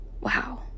wow